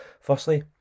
firstly